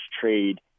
trade